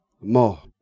more